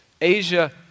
Asia